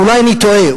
אולי אני טועה,